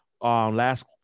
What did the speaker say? last